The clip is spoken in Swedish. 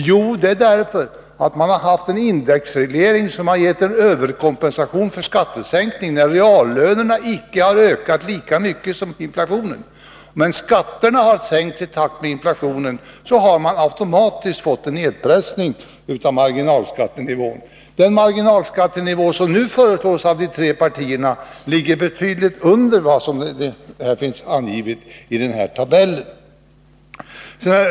Jo, man har haft en indexreglering som har gett en överkompensation för skattesänkning när reallönerna icke har ökat lika mycket som inflationen. Men skatterna har sänkts i takt med inflationen, och då har man automatiskt fått en nedpressning av marginalskattenivån. Den marginalskattenivå som nu föreslås av de tre partierna ligger betydligt under det som finns angivet i den här tabellen.